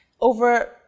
over